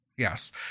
Yes